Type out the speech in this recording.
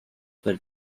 were